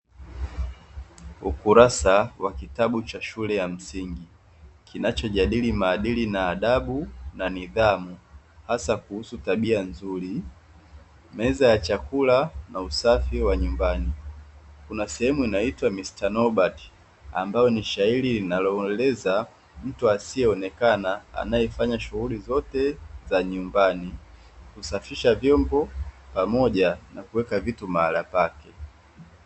Ukurasa wa kitabu cha shule ya msingi kinachojadili maadili na adabu na nidhamu hasa kuhusu tabia nzuri. Meza ya chakula na usafi wa nyumbani, kuna sehemu inaitwa "Mr Nobody" ambao ni shairi linaloeleza mtu asiyeonekana anayefanya shughuli zote za nyumbani; kusafisha vyombo pamoja na kuweka vitu mahala pake.